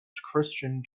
christian